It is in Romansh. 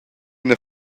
ina